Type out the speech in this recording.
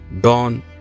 dawn